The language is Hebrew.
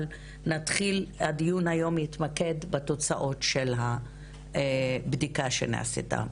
אבל הדיון היום יתמקד בתוצאות של הבדיקה שנעשתה.